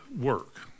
work